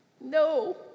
No